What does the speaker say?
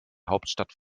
hauptstadt